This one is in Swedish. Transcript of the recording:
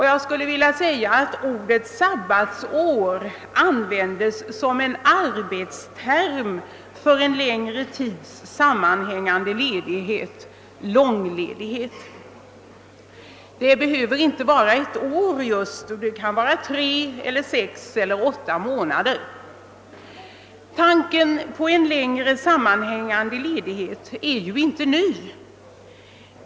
Jag skulle vilja säga att sabbatsår används som arbetsterm för en längre tids sammanhängande 1edighet, långledighet. Det behöver inte vara just ett år, det kan vara tre eller sex eller åtta månader. Tanken på en längre sammanhängande ledighet är inte ny.